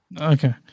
Okay